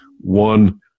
one